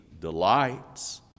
delights